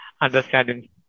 understanding